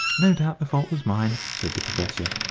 no doubt the fault was mine, said the professor,